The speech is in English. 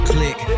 Click